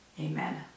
Amen